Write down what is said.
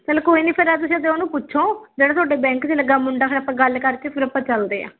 ਚੱਲ ਕੋਈ ਨਹੀਂ ਫਿਰ ਅੱਜ ਤੁਸੀਂ ਅੱਜ ਉਹਨੂੰ ਪੁੱਛੋ ਜਿਹੜੇ ਤੁਹਾਡੇ ਬੈਂਕ 'ਚ ਲੱਗਿਆ ਮੁੰਡਾ ਫਿਰ ਆਪਾਂ ਗੱਲ ਕਰਕੇ ਫਿਰ ਆਪਾਂ ਚੱਲਦੇ ਹਾਂ